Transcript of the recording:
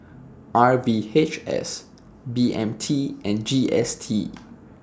R V H S B M T and G S T